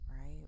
right